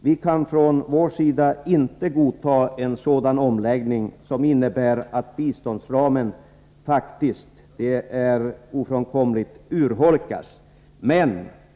Vi kan från vår sida inte godta en sådan omläggning som innebär att biståndsramen faktiskt — det är ofrånkomligt — urholkas.